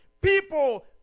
people